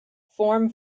form